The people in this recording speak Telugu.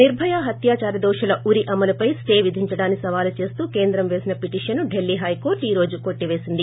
నిర్బయ హత్యాచార దోషుల ఉరి అమలుపై స్టే విధించడాన్ని సవాలు చేస్తూ కేంద్రం పేసిన పిటిషన్ ను డిల్లీ హైకోర్ట్ ఈ రోజు కొట్టివేసింది